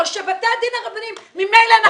או שבתי הדין הרבניים ממילא אנחנו